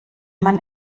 man